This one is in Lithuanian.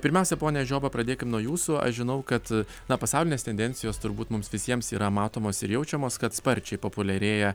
pirmiausia pone žioba pradėkim nuo jūsų aš žinau kad na pasaulinės tendencijos turbūt mums visiems yra matomos ir jaučiamos kad sparčiai populiarėja